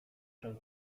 się